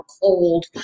cold